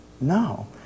No